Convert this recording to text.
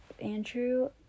Andrew